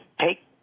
take